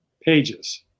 pages